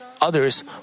others